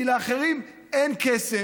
כי לאחרים אין כסף.